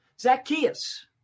Zacchaeus